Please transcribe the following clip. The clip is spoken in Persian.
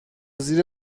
زیر